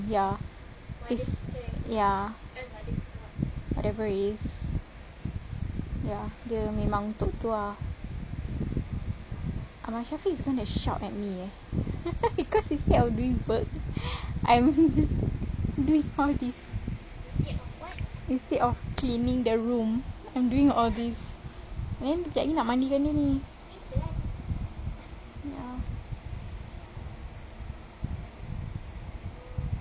ya it's ya whatever it is ya dia memang untuk tu ah abang shafiq is gonna shout at me eh cause instead of doing work I'm doing all these instead of cleaning the room I'm doing all these sekejap lagi nak mandikan dia ni ya